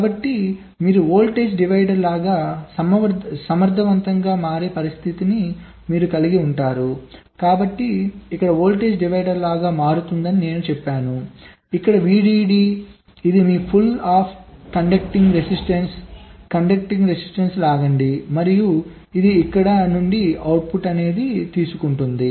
కాబట్టి మీరు voltage divider లాగా సమర్థవంతంగా మారే పరిస్థితిని మీరు కలిగి ఉంటారు కాబట్టి ఇక్కడ వోల్టేజ్ డివైడర్ లాగా మారుతుందని నేను చెప్పాను కాబట్టి ఇక్కడ VDD ఇక్కడ ఇది మీ pull up conducting resistance conducting resistance ను లాగండి మరియు ఇది ఇక్కడ నుండి అవుట్పుట్ తీసుకుంటుంది